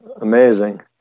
Amazing